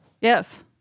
Yes